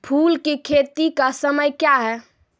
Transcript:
फुल की खेती का समय क्या हैं?